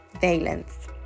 Valence